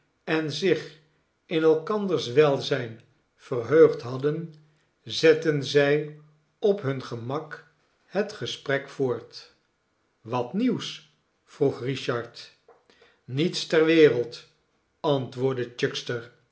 en zich in elkanders welzijn verheugd hadden zetten zij op hun gemak het gesprek voort wat nieuws vroeg richard niets ter wereld antwoordde chuckster